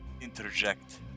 interject